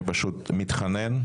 אני פשוט מתחנן,